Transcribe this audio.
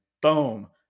boom